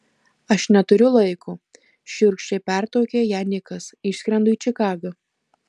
aš neturiu laiko šiurkščiai pertraukė ją nikas išskrendu į čikagą